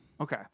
okay